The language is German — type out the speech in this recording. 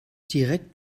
direkt